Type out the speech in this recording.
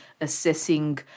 assessing